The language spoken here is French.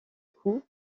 coups